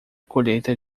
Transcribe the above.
colheita